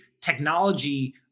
technology